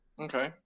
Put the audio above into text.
Okay